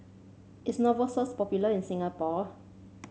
is Novosource popular in Singapore